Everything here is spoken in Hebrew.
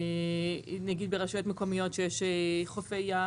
נגיד ברשויות מקומיות שיש חופי ים,